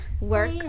work